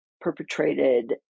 perpetrated